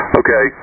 okay